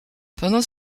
pendant